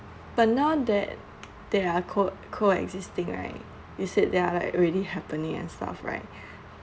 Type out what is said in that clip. but now that they are co~ coexisting right you said they are like already happening and stuff right